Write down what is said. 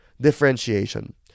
Differentiation